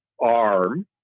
arm